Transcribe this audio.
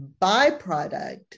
byproduct